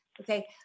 okay